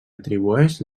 atribueix